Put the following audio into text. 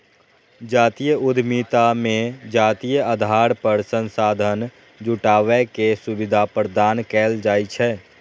जातीय उद्यमिता मे जातीय आधार पर संसाधन जुटाबै के सुविधा प्रदान कैल जाइ छै